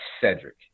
Cedric